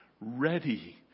Ready